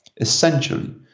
essentially